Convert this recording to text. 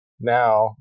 now